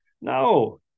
No